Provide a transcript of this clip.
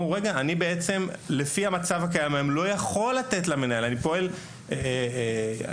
בגלל היקף התקציב של הגפ"ן ובגלל רמת המורכבות שלה.